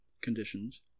conditions